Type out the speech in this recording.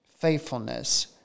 Faithfulness